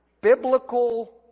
biblical